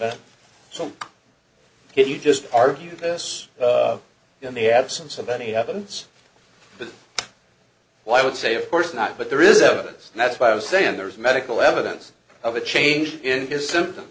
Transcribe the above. off so if you just argue this in the absence of any evidence why would say of course not but there is evidence and that's why i was saying there was medical evidence of a change in his symptoms